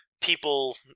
people